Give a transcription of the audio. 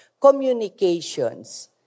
communications